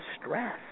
stress